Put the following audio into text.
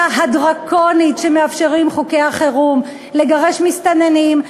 הדרקונית שמאפשרים חוקי החירום: לגרש מסתננים,